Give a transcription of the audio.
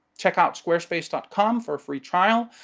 check out squarespace dot com for a free trial.